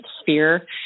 sphere